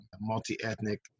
multi-ethnic